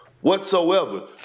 whatsoever